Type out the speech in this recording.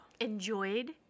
Enjoyed